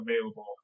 available